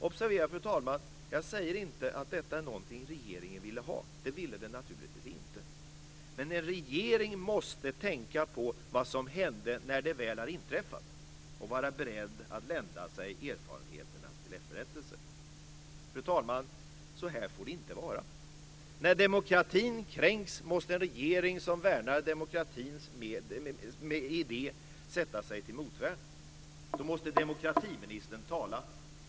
Observera, fru talman, att jag inte säger att detta är något som regeringen ville ha. Det ville den naturligtvis inte. Men en regering måste tänka på vad som hände när det väl har inträffat och vara beredd att lända sig erfarenheterna till efterrättelse. Fru talman! Så här får det inte vara. När demokratin kränks måste en regering som värnar demokratins idé sätta sig till motvärn. Då måste demokratiministern tala.